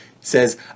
says